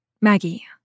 Maggie